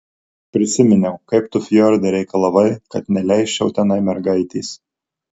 prisiminiau kaip tu fjorde reikalavai kad neleisčiau tenai mergaitės